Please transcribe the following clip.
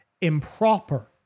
improper